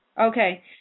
Okay